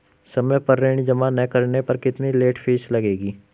समय पर ऋण जमा न करने पर कितनी लेट फीस लगेगी?